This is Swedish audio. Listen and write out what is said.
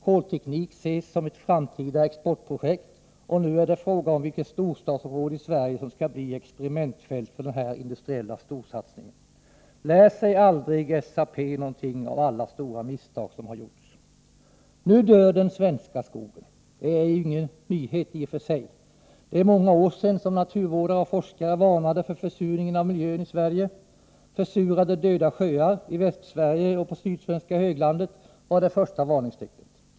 Kolteknik ses som ett framtida exportprojekt, och nu är det fråga om vilket storstadsområde i Sverige som skall bli experimentfält för denna industriella storsatsning. Lär sig SAP aldrig av alla de stora misstag som gjorts? Nu dör den svenska skogen! Det är ingen nyhet i och för sig. Det är många år sedan som naturvårdare och forskare varnade för försurningen av miljön i Sverige. Försurade döda sjöar i Västsverige och på sydsvenska höglandet var det första varningstecknet.